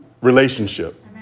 relationship